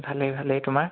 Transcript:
ভালেই ভালেই তোমাৰ